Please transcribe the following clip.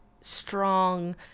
strong